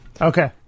Okay